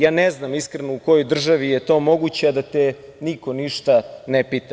Ja ne znam, iskreno u kojoj državi je to moguće, a da te niko ništa ne pita.